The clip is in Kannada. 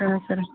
ಹಾಂ ಸರ